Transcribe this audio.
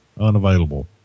unavailable